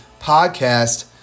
Podcast